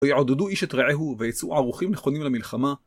או יעודדו איש את רעיהו ויצאו ערוכים נכונים למלחמה.